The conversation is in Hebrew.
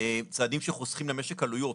נראה צעדים שחוסכים למשק עלויות.